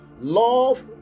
Love